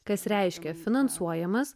kas reiškia finansuojamas